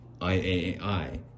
IAAI